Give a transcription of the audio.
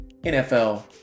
NFL